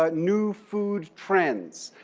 ah new food trends,